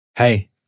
Hey